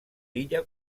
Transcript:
illa